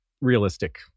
realistic